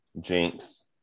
Jinx